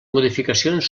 modificacions